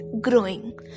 growing